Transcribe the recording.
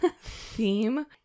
theme